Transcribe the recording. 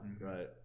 right